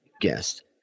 guest